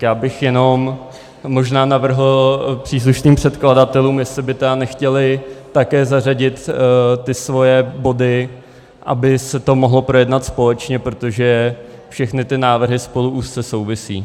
Já bych jenom možná navrhl příslušným předkladatelům, jestli by nechtěli také zařadit ty svoje body, aby se to mohlo projednat společně, protože všechny ty návrhy spolu úzce souvisí.